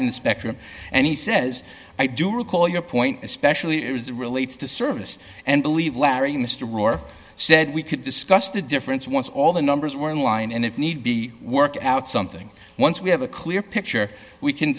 in the spectrum and he says i do recall your point especially it was relates to service and believe larry mr moore said we could discuss the difference once all the numbers were in line and if need be work out something once we have a clear picture we can